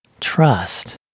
trust